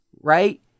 Right